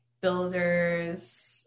builders